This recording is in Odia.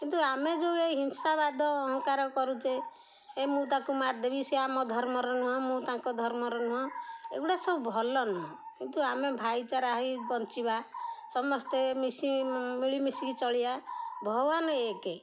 କିନ୍ତୁ ଆମେ ଯେଉଁ ଏଇ ହିଂସାବାଦ ଅହଂକାର କରୁଛେ ଏ ମୁଁ ତାକୁ ମାରିଦେବି ସେ ଆମ ଧର୍ମର ନୁହଁ ମୁଁ ତାଙ୍କ ଧର୍ମର ନୁହଁ ଏଗୁଡ଼ା ସବୁ ଭଲ ନୁହଁ କିନ୍ତୁ ଆମେ ଭାଇଚାରା ହେଇ ବଞ୍ଚିବା ସମସ୍ତେ ମିଶ ମିଳିମିଶିକି ଚଳିବା ଭଗବାନ ଏକେ